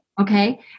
Okay